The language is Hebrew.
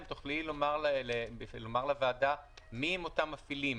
אם תוכלי לומר לוועדה מי הם אותם מפעילים,